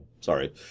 Sorry